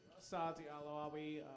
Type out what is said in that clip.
sauds, the ah alawi.